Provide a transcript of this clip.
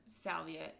salvia